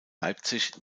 leipzig